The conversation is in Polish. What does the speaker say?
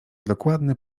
dokładny